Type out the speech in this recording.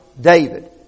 David